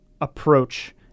approach